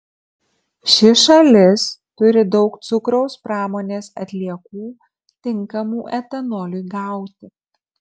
ši šalis turi daug cukraus pramonės atliekų tinkamų etanoliui gauti